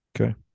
Okay